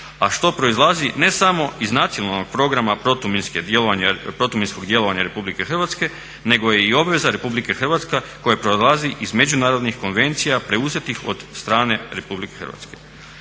A što proizlazi ne samo iz Nacionalnog programa protuminskog djelovanja RH nego je i obveza RH koja proizlazi iz međunarodnih konvencija preuzetih od strane RH.